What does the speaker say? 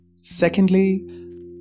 Secondly